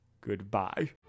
Goodbye